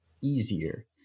easier